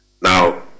Now